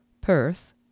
Perth